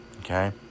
Okay